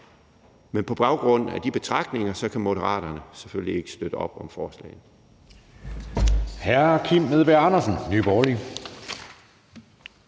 Men på baggrund af de betragtninger, jeg er kommet med her, kan Moderaterne selvfølgelig ikke støtte op om forslaget.